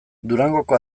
durangoko